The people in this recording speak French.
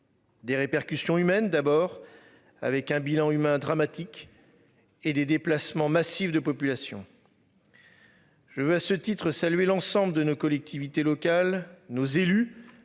Des répercussions humaines d'abord avec un bilan humain dramatique. Et des déplacements massifs de population. Je veux à ce titre saluer l'ensemble de nos collectivités locales nos élus,